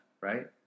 Right